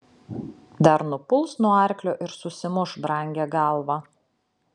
dar nupuls nuo arklio ir susimuš brangią galvą